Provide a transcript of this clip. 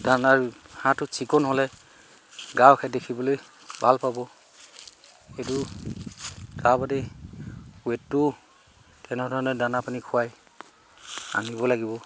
দানাৰ হাঁহটোত চিকুণ হ'লে গ্ৰাহকেও দেখিবলৈ ভাল পাব সেইটো তাৰবাবে ৱেটটোও তেনেধৰণে দানা পানী খুৱাই আনিব লাগিব